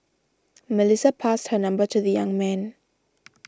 Melissa passed her number to the young man